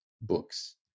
books